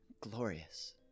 Glorious